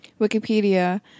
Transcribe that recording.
Wikipedia